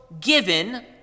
given